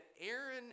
Aaron